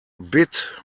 bit